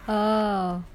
oh